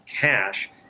cash